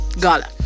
gala